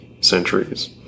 centuries